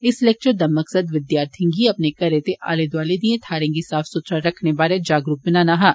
इस लैक्चर दा मकसद विद्यार्थिएं गी अपने घर ते आले दोआले दिए थाहरें गी साफ सुथरा रक्खने बारै जागरूक बनाना हा